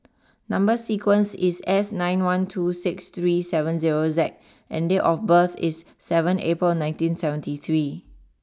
number sequence is S nine one two six three seven zero Z and date of birth is seven April nineteen seventy three